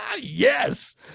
Yes